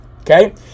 Okay